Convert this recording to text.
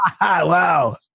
Wow